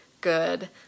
good